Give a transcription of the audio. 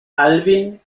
alwin